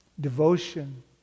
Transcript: devotion